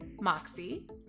Moxie